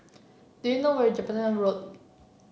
do you know where Jelapang Road